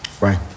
Right